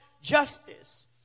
Justice